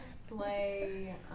slay